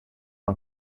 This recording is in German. man